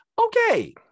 Okay